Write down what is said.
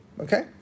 okay